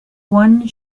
one